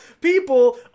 people